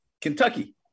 Kentucky